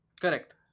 Correct